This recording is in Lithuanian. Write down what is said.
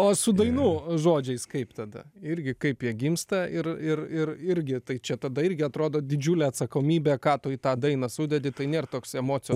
o su dainų žodžiais kaip tada irgi kaip jie gimsta ir ir ir irgi tai čia tada irgi atrodo didžiulė atsakomybė ką tu į tą dainą sudedi tai ne toks emocijų